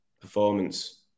performance